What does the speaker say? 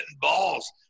balls